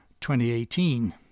2018